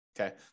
Okay